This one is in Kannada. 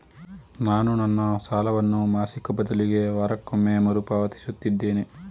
ನಾನು ನನ್ನ ಸಾಲವನ್ನು ಮಾಸಿಕ ಬದಲಿಗೆ ವಾರಕ್ಕೊಮ್ಮೆ ಮರುಪಾವತಿಸುತ್ತಿದ್ದೇನೆ